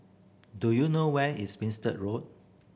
do you know where is Road